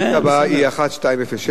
השאילתא הבאה היא 1207,